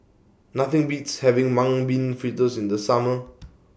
Nothing Beats having Mung Bean Fritters in The Summer